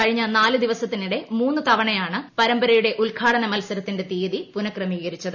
കഴിഞ്ഞ നാല് ദിവസത്തിനിടെ മൂന്ന് തവണയാണ് പരമ്പര്യുടെ ഉദ്ഘാടന മത്സരത്തിന്റെ തീയതി പുനക്രമീകരിച്ചത്